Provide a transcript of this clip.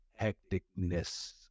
hecticness